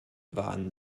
waren